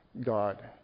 God